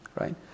right